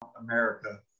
America